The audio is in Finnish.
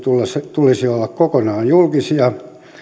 tulisi olla kokonaan julkisia